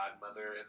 godmother